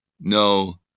No